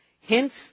hence